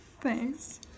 Thanks